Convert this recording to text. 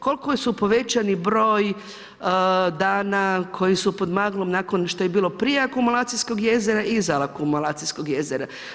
Koliko su povećani broj dana koji su pod maglom nakon što je bilo prije akumulacijskog jezera i iza akumulacijskog jezera.